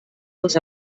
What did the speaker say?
dels